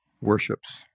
worships